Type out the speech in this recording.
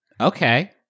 Okay